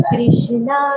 Krishna